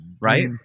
right